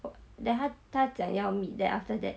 then 他他讲要 meet then after that